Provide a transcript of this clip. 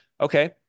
Okay